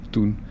Toen